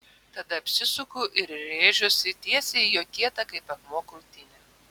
tada apsisuku ir rėžiuosi tiesiai į jo kietą kaip akmuo krūtinę